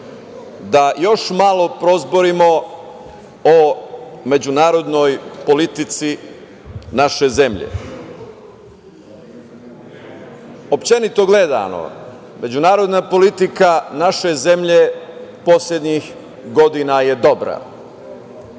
da još malo prozborimo o međunarodnoj politici naše zemlje. Uopšteno gledano, međunarodna politika naše zemlje poslednjih godina je dobra.